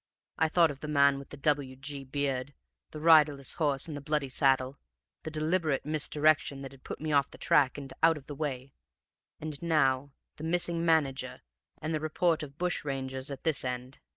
i thought of the man with the w. g. beard the riderless horse and the bloody saddle the deliberate misdirection that had put me off the track and out of the way and now the missing manager and the report of bushrangers at this end.